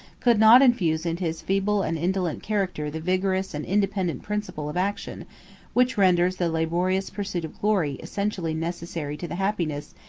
could not infuse into his feeble and indolent character the vigorous and independent principle of action which renders the laborious pursuit of glory essentially necessary to the happiness,